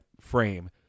frame